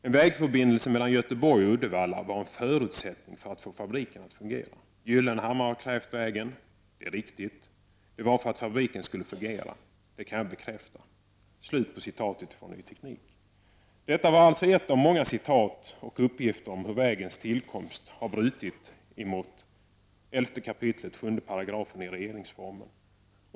En vägförbindelse mellan Göteborg och Uddevalla var en förutsättning för att få fabriken att fungera. Gyllenhammar har krävt vägen, det är riktigt. Det var för att fabriken skulle fungera. Det kan jag bekräfta.” Detta var ett av många citat med uppgifter om hur vägens tillkomst har brutit emot 11 kap. 7 § regeringsformen.